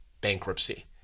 bankruptcy